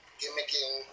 gimmicking